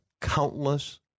countless